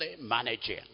managing